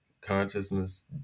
consciousness